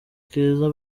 keza